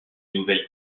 nouvelles